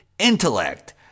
Intellect